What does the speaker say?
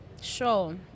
Sure